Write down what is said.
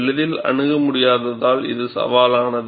எளிதில் அணுக முடியாததால் இது சவாலானது